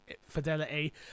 fidelity